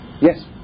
yes